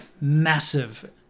massive